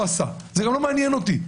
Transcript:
וזה גם לא מעניין אותי.